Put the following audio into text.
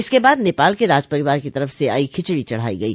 इसके बाद नेपाल के राजपरिवार की तरफ से आई खिचड़ी चढ़ाई गई